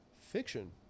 fiction